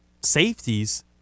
safeties